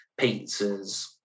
pizzas